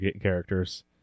characters